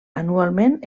anualment